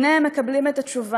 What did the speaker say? הנה הם מקבלים את התשובה.